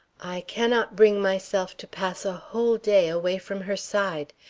i cannot bring myself to pass a whole day away from her side.